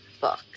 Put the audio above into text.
book